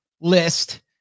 list